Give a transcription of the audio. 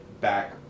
back